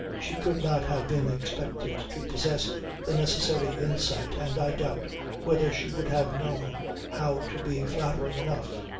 she could not have been expected to possess the necessary insight and i doubt whether she would have known how to be flattering enough.